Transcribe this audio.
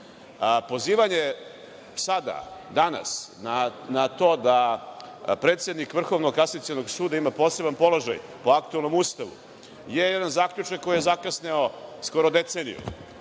Pozivanje sada, danas na to da predsednik Vrhovnog kasacionog suda ima poseban položaj u aktuelnom Ustavu je jedan zaključak koji je zakasneo skoro deceniju. Naime,